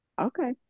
Okay